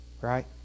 Right